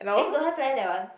eh don't have leh that one